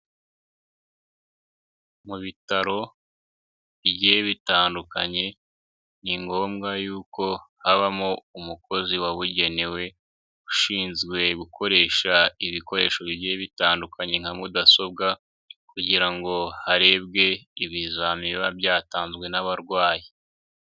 Mu bitaro bigihe bitandukanye, ni ngombwa y'uko habamo umukozi wabugenewe, ushinzwe gukoresha ibikoresho bigiye bitandukanye nka mudasobwa, kugira ngo harebwe ibizami biba byatanzwe n'abarwayi.